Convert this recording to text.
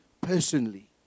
personally